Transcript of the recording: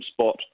spot